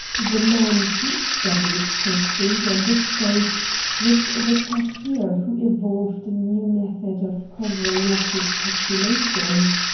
the man he studied, pursued, and exposed was the cashier who evolved a new method of covering up his peculations,